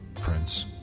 prince